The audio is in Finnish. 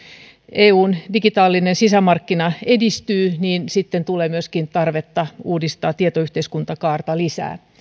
eun digitaalinen sisämarkkina edistyy tulee tarvetta uudistaa tietoyhteiskuntakaarta lisää